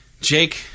Jake